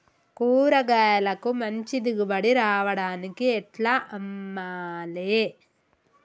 కూరగాయలకు మంచి దిగుబడి రావడానికి ఎట్ల అమ్మాలే?